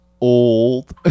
old